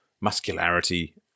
muscularity